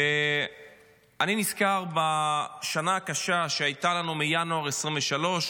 אני נזכר בשנה הקשה שהייתה לנו מינואר 2023,